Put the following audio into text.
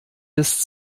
des